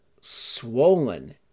swollen